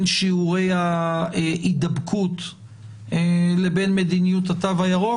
שיעורי ההידבקות לבין מדיניות התו הירוק.